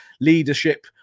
leadership